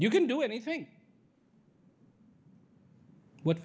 you can do anything what